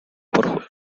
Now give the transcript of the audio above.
por